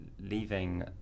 leaving